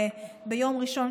וביום ראשון,